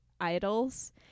idols